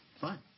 Fine